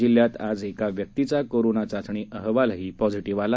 जिल्ह्यात आज एका व्यक्तीचा कोरोना चाचणी अहवालही पॉझीटीव्ह आला